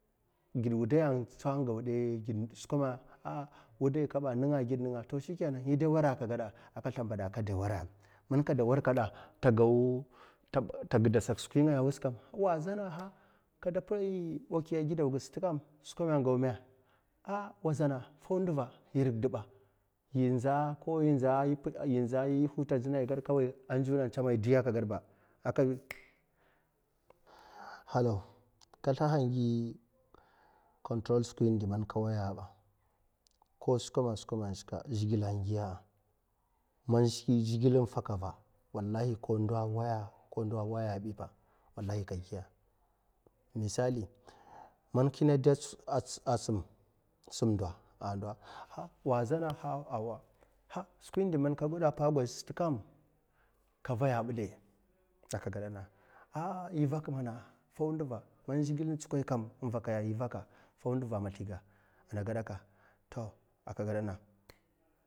Gid wudaiya a, ha wudai kaba ninga'a, gid ninga ka slibibada a' keda wara'a, man keda warkeda tagidek skwi ngaya ai tapaya a' bakwi a, gidan sat kam a' wa zanna a iri kedaba in da ipidi nzuwin a, nzuwana a' tsamai a'di halaw kasliha gi control skwi indi man kawaiya aiba. Ko skwame skwame a shika zhekle a' giya'a, man skwi man zhukle infaka ra wallahi ko ndo a waiya'a, ko a waya'a, biba wallahi ka giya a misali man kina de a, samd ndo wazana a, wa skwi indi man ka gwad sat kam kavaya bide'a, ivak mana fou nduva man zhekle in tsikai kam invakaiya i vaka fou nduva masliga a' nagudaka to a' ka gedana